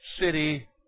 city